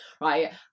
right